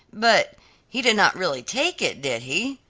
but he did not really take it, did he?